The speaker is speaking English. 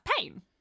pain